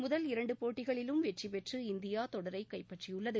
முதல் இரண்டு போட்டிகளிலும் வெற்றிபெற்று இந்தியா தொடரை கைப்பற்றியுள்ளது